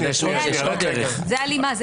זה הלימה.